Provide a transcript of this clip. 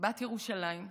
בת ירושלים.